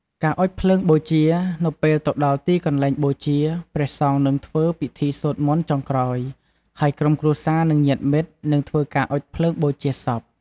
ការអុជភ្លើងបូជា នៅពេលទៅដល់ទីកន្លែងបូជា ព្រះសង្ឃនឹងធ្វើពិធីសូត្រមន្តចុងក្រោយ ហើយក្រុមគ្រួសារ និងញាតិមិត្តនឹងធ្វើការអុជភ្លើងបូជាសព។